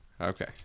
Okay